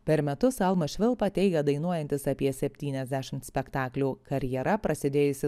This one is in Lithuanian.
per metus almas švilpa teigia dainuojantis apie septyniasdešimts spektaklių karjera prasidėjusi